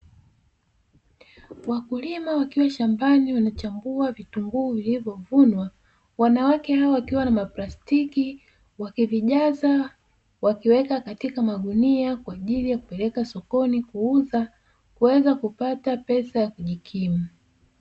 Wakulima wakiwa shambani wanachambua vitunguu vilivyo vunwa, wanawake hawa wakiwa na maplastiki wakivijaza, wakiweka katika magunia tayari kwa ajili ya kupeleka sokoni kuuza kuweza kupata pesa ya kujikimu.